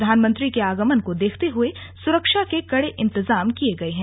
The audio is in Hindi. प्रधानमंत्री के आगमन को देखते हुए सुरक्षा के कड़े इंतेजाम किए गए हैं